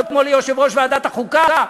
כמו ליושב-ראש ועדת החוקה,